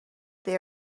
they